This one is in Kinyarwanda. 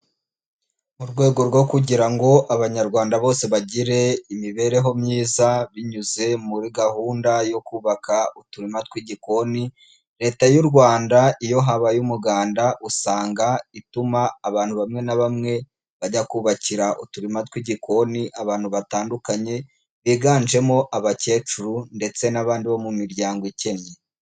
Mu rwego rwo kugira ngo abanyarwanda bose bagire imibereho myiza binyuze muri gahunda yo kubaka uturima tw'igikoni, Leta y'u Rwanda iyo habaye umuganda usanga ituma abantu bamwe na bamwe bajya kubakira uturima tw'igikoni abantu batandukanye, biganjemo abakecuru, ndetse n'abandi bo mu miryango ikennye.